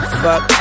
fuck